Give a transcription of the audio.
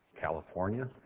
California